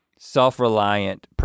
self-reliant